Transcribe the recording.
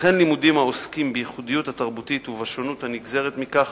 וכן לימודים העוסקים בייחודיות התרבותית ובשונות הנגזרת מכך